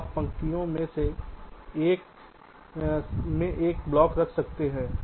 आप पंक्तियों में से एक में एक ब्लॉक रख सकते हैं